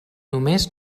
només